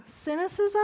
cynicism